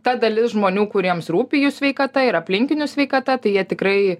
ta dalis žmonių kuriems rūpi jų sveikata ir aplinkinių sveikata tai jie tikrai